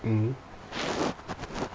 mmhmm